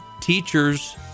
teachers